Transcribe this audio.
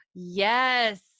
Yes